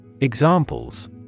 Examples